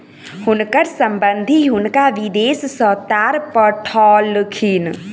हुनकर संबंधि हुनका विदेश सॅ तार पठौलखिन